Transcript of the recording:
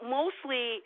mostly